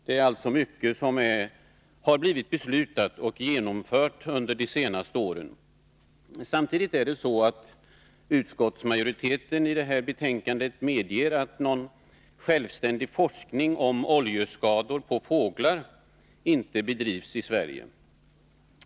Det är mycket som har beslutats och genomförts under de senaste åren. Samtidigt medger utskottsmajoriteten i detta betänkande att någon självständig forskning om oljeskador på fåglar inte bedrivs i Sverige.